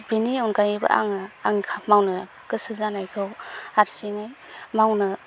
बिनि अनगायैबो आङो आं खा मावनो गोसो जानायखौ हारसिङै मावनो